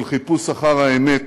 של חיפוש אחר האמת,